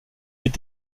est